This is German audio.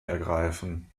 ergreifen